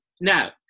now